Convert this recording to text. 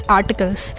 Articles